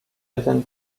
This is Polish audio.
jeden